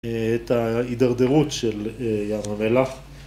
‫את ההידרדרות של ירמלה.